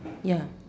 ya